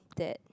that